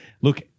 Look